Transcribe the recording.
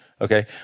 okay